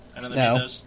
No